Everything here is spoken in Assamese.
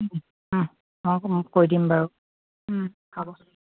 অঁ মই কৈ দিম বাৰু কাগজ